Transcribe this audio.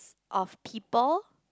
of people